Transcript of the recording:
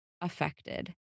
affected